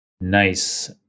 Nice